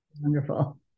Wonderful